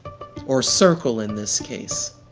or circle in this case.